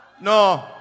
no